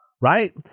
right